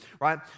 right